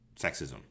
sexism